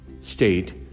state